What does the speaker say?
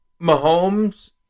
Mahomes